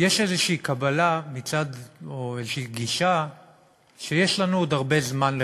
יש איזושהי קבלה או איזושהי גישה שיש לנו עוד הרבה זמן לחכות.